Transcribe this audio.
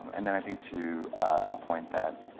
and then i think to a point that,